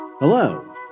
Hello